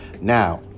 Now